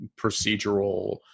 procedural